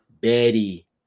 Betty